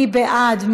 מי בעד?